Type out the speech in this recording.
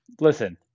listen